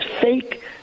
fake